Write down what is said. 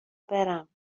برم